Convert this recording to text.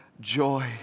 joy